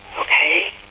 Okay